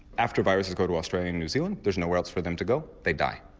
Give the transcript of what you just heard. after viruses go to australia and new zealand there's nowhere else for them to go they die.